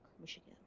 Michigan